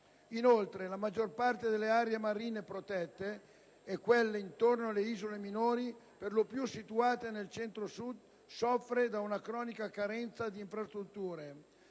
Inoltre, la maggior parte delle aree marine protette e quelle intorno alle isole minori, per lo più situate nel Centro-Sud, soffre di una cronica carenza di infrastrutture